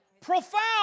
Profound